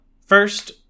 First